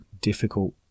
difficult